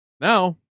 Now